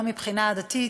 גם מבחינה עדתית,